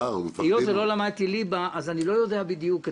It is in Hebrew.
היות שלא למדתי ליבה אז אני לא יודע בדיוק.